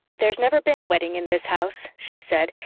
there's never been a wedding in this house, she said,